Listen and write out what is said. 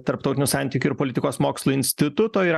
tarptautinių santykių ir politikos mokslų instituto ir